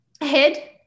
ahead